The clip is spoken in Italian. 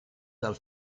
dal